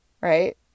right